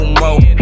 more